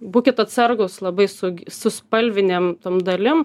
būkit atsargūs labai su su spalvinėm tom dalim